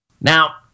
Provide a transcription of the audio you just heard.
Now